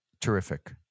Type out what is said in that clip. Terrific